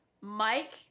Mike